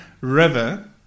River